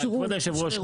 כבוד היושב ראש,